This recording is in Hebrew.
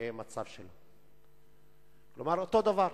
המצב שלהן, כלומר אותו הדבר,